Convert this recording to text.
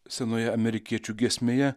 senoje amerikiečių giesmėje